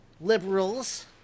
liberals